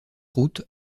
route